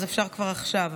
אפשר כבר עכשיו,